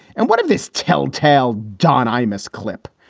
and what does this tell tale? don imus clip,